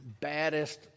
baddest